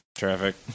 traffic